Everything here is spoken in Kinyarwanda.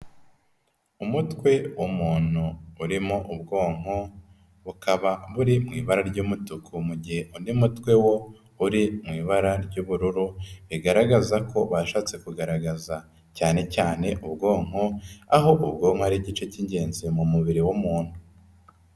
Umutwe umuntu urimo ubwonko, bukaba buri mu ibara ry'umutuku, mu gihe undi mutwe wo uri mu ibara ry'ubururu, bigaragaza ko bashatse kugaragaza cyane cyane ubwonko, aho ubwonko ari igice cy'ingenzi mu mubiri w'umuntu.